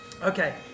Okay